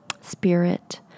spirit